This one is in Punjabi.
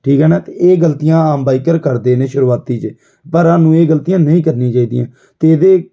ਠੀਕ ਆ ਨਾ ਅਤੇ ਇਹ ਗਲਤੀਆਂ ਆਮ ਬਾਈਕਰ ਕਰਦੇ ਨੇ ਸ਼ੁਰੂਆਤ 'ਚ ਪਰ ਸਾਨੂੰ ਇਹ ਗਲਤੀਆਂ ਨਹੀਂ ਕਰਨੀਆਂ ਚਾਹੀਦੀਆਂ ਅਤੇ ਇਹਦੇ